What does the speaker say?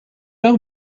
heure